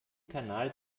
kanal